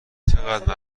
چقدر